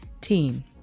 teen